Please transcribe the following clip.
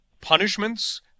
punishments